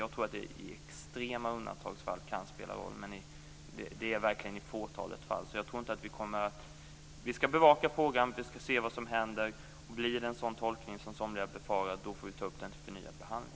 Jag tror att det i extrema undantagsfall kan spela roll, men det är verkligen i fåtalet fall. Vi skall bevaka frågan, och vi skall se vad som händer. Blir det en sådan tolkning som somliga befarar får vi ta upp den till förnyad behandling.